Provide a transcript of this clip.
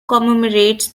commemorates